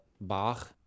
Bach